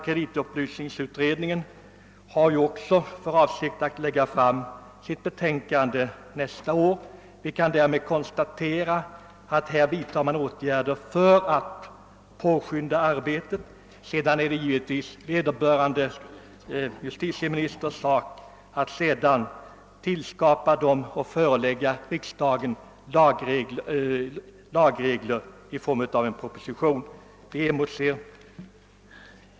Kreditupplysningsutredningen har också för avsikt att lägga fram sitt betänkande nästa år. Här vidtar man alltså åtgärder för att påskynda arbetet. Sedan är det givetvis vederbörande justitieministers sak att förelägga riksdagen förslag till lagregler genom en proposition.